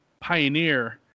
Pioneer